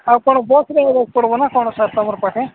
ଆଉ କ'ଣ ବସ୍ରେ ପଡ଼ିବନା କ'ଣ ସାର୍ ତୁମର ପାଖେ